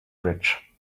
bridge